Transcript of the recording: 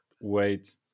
wait